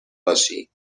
باشی